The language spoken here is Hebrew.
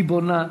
היא בונה,